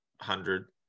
hundred